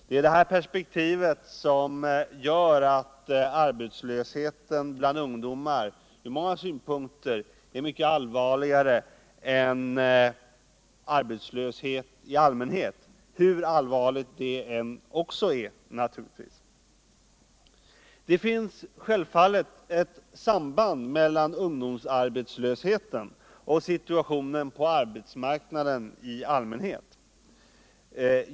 Sett i det perspektivet är arbetslösheten bland ungdomar på många sätt mycket allvarligare än arbetslöshet i allmänhet, hur allvarlig denna än är. Självfallet finns det ett samband mellan ungdomsarbetslösheten och situationen på arbetsmarknaden i allmänhet.